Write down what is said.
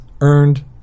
earned